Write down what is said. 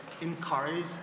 encourage